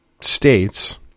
states